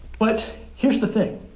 but here's the thing